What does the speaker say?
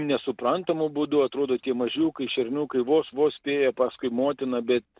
nesuprantamu būdu atrodo tie mažiukai šerniukai vos vos spėja paskui motiną bet